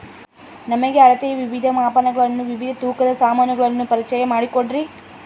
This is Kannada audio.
ನಮಗೆ ಅಳತೆಯ ವಿವಿಧ ಮಾಪನಗಳನ್ನು ವಿವಿಧ ತೂಕದ ಸಾಮಾನುಗಳನ್ನು ಪರಿಚಯ ಮಾಡಿಕೊಡ್ರಿ?